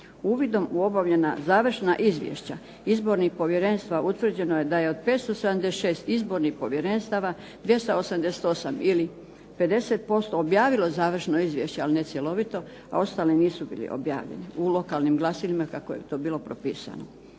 Uvidom u obavljena završna izvješća izbornih povjerenstava utvrđeno je da je od 576 izbornih povjerenstava 288 ili 50% objavilo završno izvješće ali ne cjelovito, a ostali nisu bili objavljeni u lokalnim glasilima kako je to bilo propisano.